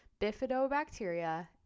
bifidobacteria